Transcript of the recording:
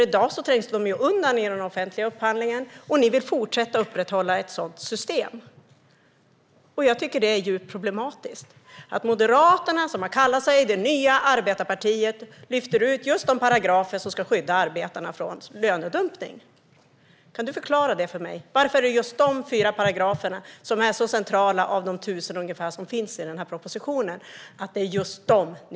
I dag trängs de ju undan i den offentliga upphandlingen, och ni vill fortsätta att upprätthålla ett sådant system. Jag tycker att det är djupt problematiskt att Moderaterna, som har kallat sig för det nya arbetarpartiet, lyfter ut just de paragrafer som ska skydda arbetarna från lönedumpning. Kan Ann-Charlotte Hammar Johnsson förklara det för mig? Varför lyfter ni ut just dessa fyra så centrala paragrafer av de ungefär tusen paragrafer som finns i den här propositionen?